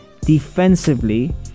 defensively